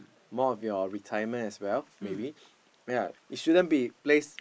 more of your retirement as well maybe ya it should be place